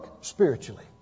spiritually